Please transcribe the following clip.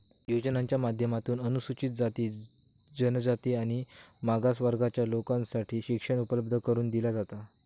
योजनांच्या माध्यमातून अनुसूचित जाती, जनजाति आणि मागास वर्गाच्या लेकींसाठी शिक्षण उपलब्ध करून दिला जाता